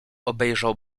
obejrzał